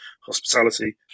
hospitality